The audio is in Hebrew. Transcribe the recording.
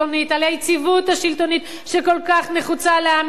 על היציבות השלטונית שכל כך נחוצה לעם ישראל.